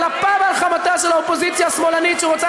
על אפה ועל חמתה של האופוזיציה השמאלנית שרוצה